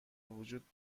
وجود